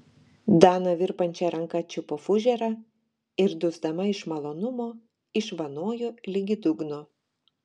dana virpančia ranka čiupo fužerą ir dusdama iš malonumo išvanojo ligi dugno